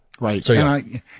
Right